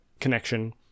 connection